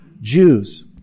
Jews